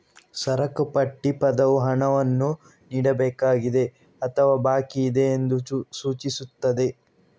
ಸರಕು ಪಟ್ಟಿ ಪದವು ಹಣವನ್ನು ನೀಡಬೇಕಾಗಿದೆ ಅಥವಾ ಬಾಕಿಯಿದೆ ಎಂದು ಸೂಚಿಸುತ್ತದೆ